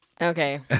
Okay